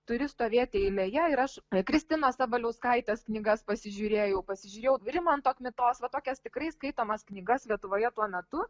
turi stovėti eilėje ir aš kristinos sabaliauskaitės knygas pasižiūrėjau pasižiūrėjau rimanto kmitos va tokias tikrai skaitomas knygas lietuvoje tuo metu